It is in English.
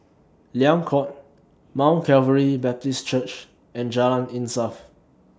Liang Court Mount Calvary Baptist Church and Jalan Insaf